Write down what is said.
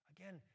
Again